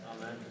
Amen